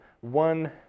One